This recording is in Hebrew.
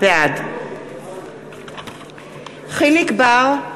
בעד יחיאל חיליק בר,